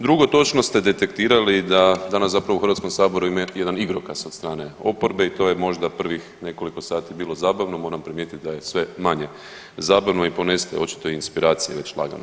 Drugo, točno ste detektirali da danas zapravo u HS-u imamo jedan igrokaz od strane oporbe i to je možda prvih nekoliko sati bilo zabavno, moram primijetiti da je sve manje zabavno i ponestaje očito inspiracije već lagano.